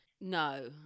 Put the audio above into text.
No